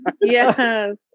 Yes